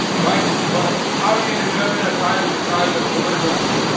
right? but how do you determine a child as a child and a woman is a woman?